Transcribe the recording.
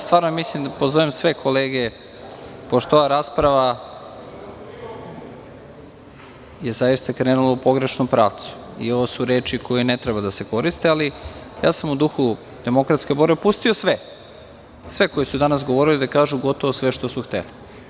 Stvarno mislim da pozovem sve kolege, pošto je ova rasprava zaista krenula u pogrešnom pravcu i ovo su reči koje ne treba da se koriste, ali ja sam u duhu demokratske borbe pustio sve koji su danas govorili da kažu gotovo sve što su hteli.